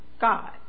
God